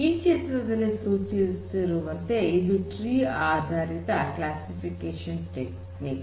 ಈ ಚಿತ್ರದಲ್ಲಿ ಸೂಚಿಸಿರುವಂತೆ ಇದು ಟ್ರೀ ಆಧಾರಿತ ಕ್ಲಾಸಿಫಿಕೇಶನ್ ಟೆಕ್ನಿಕ್